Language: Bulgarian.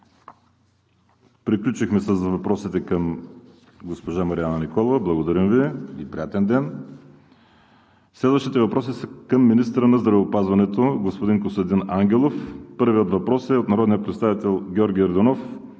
Приключихме с въпросите към госпожа Марияна Николова. Благодарим Ви и приятен ден! Следващите въпроси са към министъра на здравеопазването – господин Костадин Ангелов. Първият въпрос е от народния представител Георги Йорданов